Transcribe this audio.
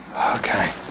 Okay